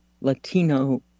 Latino